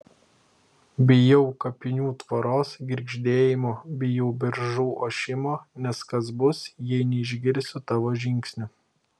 bijau kapinių tvoros girgždėjimo bijau beržų ošimo nes kas bus jei neišgirsiu tavo žingsnių